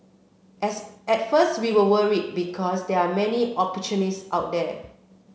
as at first we were worried because there are many opportunists out there